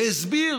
והסביר